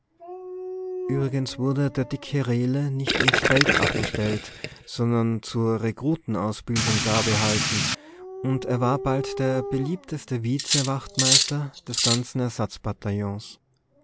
übrigens wurde der dicke rehle nicht ins feld abgestellt sondern zur rekrutenausbildung dabehalten und er war bald der beliebteste vizewachtmeister des ganzen